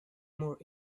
more